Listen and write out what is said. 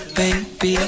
baby